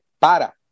para